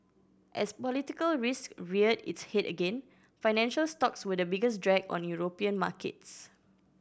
as political risk reared its head again financial stocks were the biggest drag on European markets